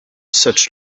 such